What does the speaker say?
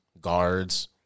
guards